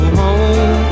home